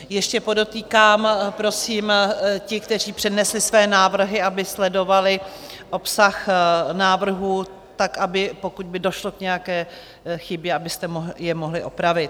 Ještě podotýkám: prosím, ti, kteří přednesli své návrhy, aby sledovali obsah návrhů tak, aby pokud by došlo k nějaké chybě, abyste je mohli opravit.